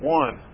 one